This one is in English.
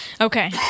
Okay